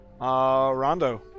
Rondo